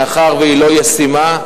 מאחר שהיא לא ישימה,